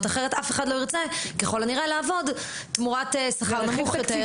כי אחרת ככל הנראה אף אחד לא ירצה לעבוד תמורת שכר נמוך יותר.